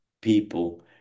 people